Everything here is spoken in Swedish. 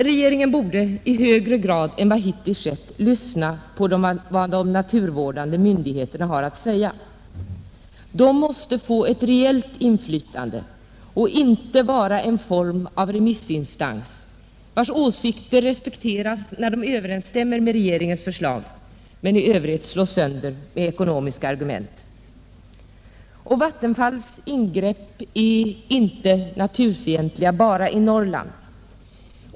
Regeringen borde i högre grad än vad hittills skett lyssna på vad de naturvårdande myndigheterna har att säga. De måste få ett reellt inflytande och inte vara ett slags remissinstans, vars åsikter respekteras när de överensstämmer med regeringens förslag men i övrigt slås sönder med ekonomiska argument. Vattenfalls ingrepp är inte naturfientliga bara i Norrland.